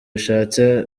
ushatse